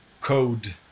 code